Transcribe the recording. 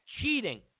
cheating